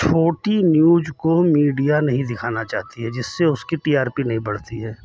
छोटी न्यूज को मीडिया नहीं दिखाना चाहती है जिससे उसकी टी आर पी नहीं बढ़ती है